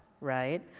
right,